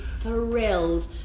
thrilled